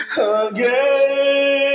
again